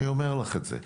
אני אומר לך את זה.